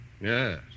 Yes